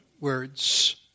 words